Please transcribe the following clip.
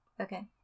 Okay